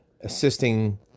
assisting